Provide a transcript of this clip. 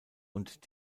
und